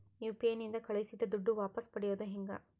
UPI ನಿಂದ ಕಳುಹಿಸಿದ ದುಡ್ಡು ವಾಪಸ್ ಪಡೆಯೋದು ಹೆಂಗ?